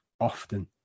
often